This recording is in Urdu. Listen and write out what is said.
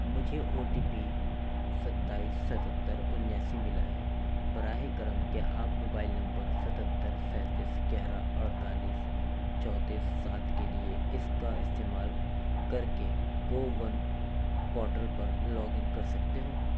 مجھے او ٹی پی ستائیس ستتر اناسی ملا ہے براہِ کرم کیا آپ موبائل نمبر ستتر سینتیس گیارہ اڑتالیس چونتیس سات کے لیے اس کا استعمال کر کے کوون پورٹل پر لاگ ان کر سکتے ہو